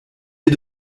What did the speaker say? est